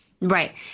Right